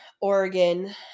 Oregon